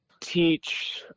teach